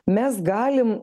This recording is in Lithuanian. mes galim